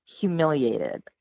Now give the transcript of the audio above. humiliated